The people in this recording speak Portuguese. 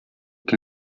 que